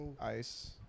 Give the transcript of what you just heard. ice